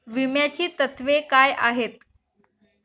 विम्याची तत्वे काय आहेत?